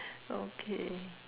okay